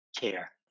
care